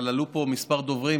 אבל עלו פה כמה דוברים,